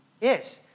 Yes